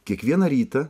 kiekvieną rytą